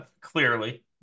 clearly